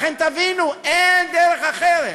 לכן תבינו, אין דרך אחרת.